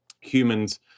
humans